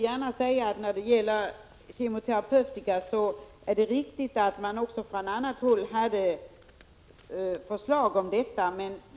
Beträffande kemoterapeutika är det riktigt att det kom förslag också från annat håll.